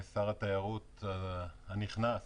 שר התיירות הנכנס,